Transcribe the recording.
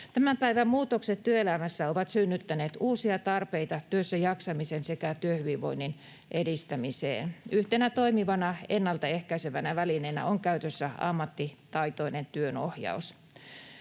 Tämän päivän muutokset työelämässä ovat synnyttäneet uusia tarpeita työssäjaksamisen sekä työhyvinvoinnin edistämiseen. Yhtenä toimivana ennaltaehkäisevänä välineenä on käytössä ammattitaitoinen työnohjaus.